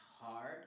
hard